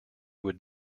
would